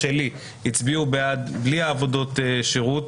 שהצביעו בעד הנוסח שלי בלי עבודות השירות.